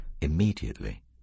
Immediately